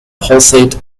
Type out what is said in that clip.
pulsate